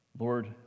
Lord